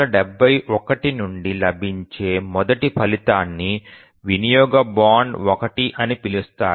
1971 నుండి లభించే మొదటి ఫలితాన్ని వినియోగ బౌండ్ 1 అని పిలుస్తారు